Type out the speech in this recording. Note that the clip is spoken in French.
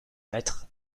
mettre